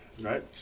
right